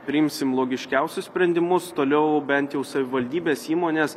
priimsim logiškiausius sprendimus toliau bent jau savivaldybės įmonės